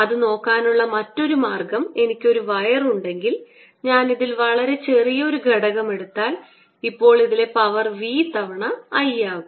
അത് നോക്കാനുള്ള മറ്റൊരു മാർഗ്ഗം എനിക്ക് ഒരു വയർ ഉണ്ടെങ്കിൽ ഞാൻ ഇതിൽ വളരെ ചെറിയ ഒരു ഘടകം എടുത്താൽ അപ്പോൾ ഇതിലെ പവർ v തവണ I ആകും